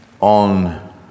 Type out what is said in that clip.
on